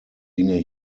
dinge